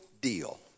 deal